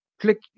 click